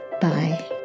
Bye